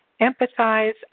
empathize